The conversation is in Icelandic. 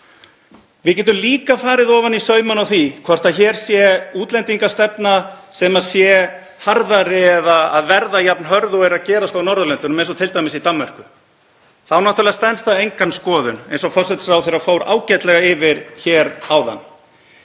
Við getum líka farið ofan í saumana á því hvort hér sé útlendingastefna sem sé harðari eða að verða jafn hörð og er að gerast á Norðurlöndunum, eins og t.d. í Danmörku. Það náttúrlega stenst enga skoðun eins og forsætisráðherra fór ágætlega yfir áðan.